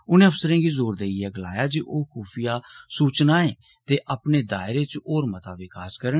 उनें अफसरें गी जोर देइयै गलाया जे ओह् खुफिया सूचनाएं दे अपने दायरे दा होर मता विकास करन